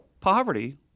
poverty